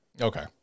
Okay